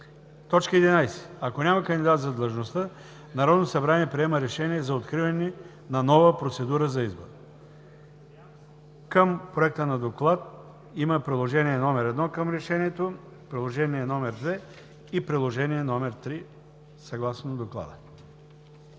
11. Ако няма кандидат за длъжността, Народното събрание приема решение за откриване на нова процедура за избор. Към Проекта на доклада има Приложение № 1 към решението, Приложение № 2 и Приложение № 3 съгласно Доклада“.